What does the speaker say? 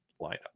lineup